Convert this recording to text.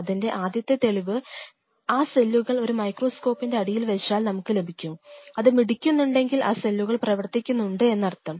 അതിൻറെ ആദ്യത്തെ തെളിവ് ആ സെല്ലുകൾ ഒരു മൈക്രോസ്കോപ്പിൻറെ അടിയിൽ വെച്ചാൽ നമുക്ക് ലഭിക്കും അത് മിടിക്കുന്നുണ്ടെങ്കിൽ ആ സെല്ലുകൾ പ്രവർത്തിക്കുന്നുണ്ടെന്ന് അർത്ഥം